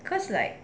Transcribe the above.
cause like